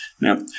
Now